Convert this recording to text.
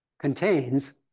contains